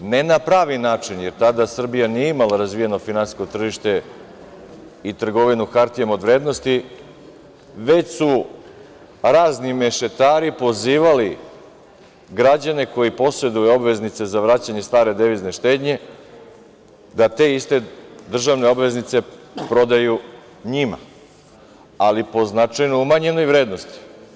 Ali, ne na pravi način, jer tada Srbija nije imala razvijeno finansijsko tržište i trgovinu hartijama od vrednosti, već su razni mešetari pozivali građane koji poseduju obveznice za vraćanje stare devizne štednje, da te iste državne obveznice prodaju njima, ali po značajno umanjenoj vrednosti.